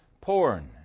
porn